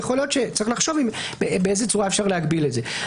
ויכול להיות שצריך לחשוב באיזה צורה אפשר להגביל את זה.